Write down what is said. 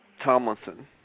Tomlinson